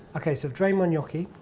ok, so i've drain my gnocchi,